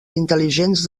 intel·ligents